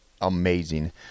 amazing